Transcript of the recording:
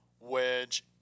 wedge